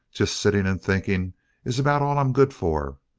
just sitting and thinking is about all i'm good for,